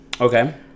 Okay